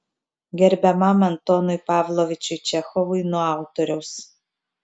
gerbiamam antonui pavlovičiui čechovui nuo autoriaus